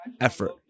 effort